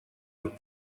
los